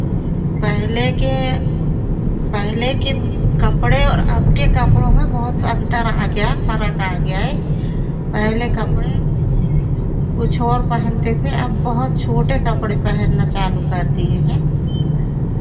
पहले के पहले के कपड़े और अब के कपड़ों में बहुत अंतर आ गया फ़र्क आ गया है पहले कपड़े कुछ और पहनते थे अब बहुत छोटे कपड़े पहनना चालू कर दिए हैं